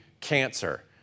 cancer